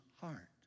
heart